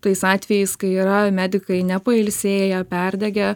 tais atvejais kai yra medikai nepailsėję perdegę